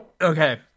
Okay